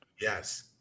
Yes